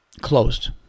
closed